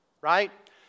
right